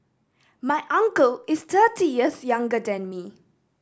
my uncle is thirty years younger than me